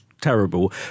terrible